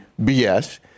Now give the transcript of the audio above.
BS